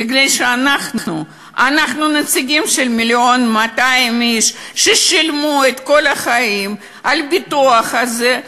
בגלל שאנחנו נציגים של 1.2 מיליון איש ששילמו כל החיים על הביטוח הזה,